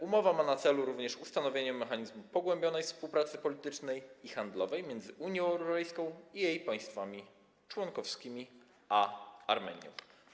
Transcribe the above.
Umowa ma na celu również ustanowienie mechanizmu pogłębionej współpracy politycznej i handlowej między Unią Europejską i jej państwami członkowskimi a Armenią.